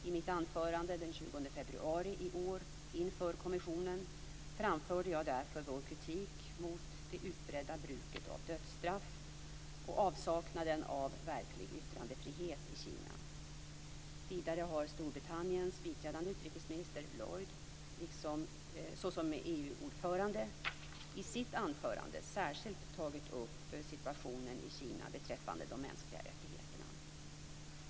I mitt anförande den 20 februari i år inför kommissionen framförde jag därför vår kritik mot det utbredda bruket av dödsstraff och avsaknaden av verklig yttrandefrihet i Kina. Vidare har Storbritanniens biträdande utrikesminister Lloyd, såsom EU-ordförande, i sitt anförande särskilt tagit upp situationen i Kina beträffande de mänskliga rättigheterna.